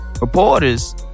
reporters